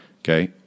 Okay